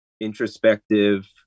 introspective